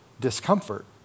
discomfort